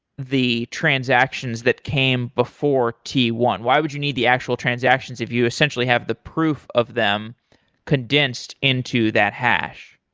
the transactions that came before t one? why would you need the actual transactions if you essentially have the proof of them condensed in that hash?